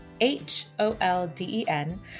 H-O-L-D-E-N